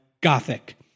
gothic